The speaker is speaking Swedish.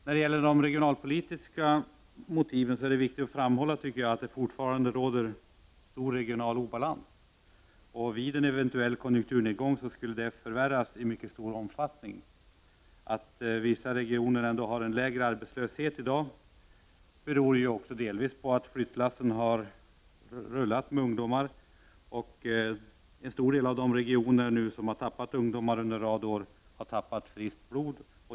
Vad gäller de regionalpolitiska motiven tycker jag det är viktigt att framhålla att det fortfarande råder stor regional obalans. Vid en konjunkturnedgång skulle denna obalans förvärras i mycket stor omfattning. Att vissa regioner i dag har en lägre arbetslöshet än andra beror delvis på att flyttlassen har rullat med ungdomar. En stor del av de regioner som har förlorat ungdomar under en rad år har därmed tappat friskt blod.